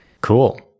cool